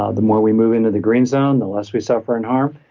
ah the more we move into the green zone, the less we suffer and harm.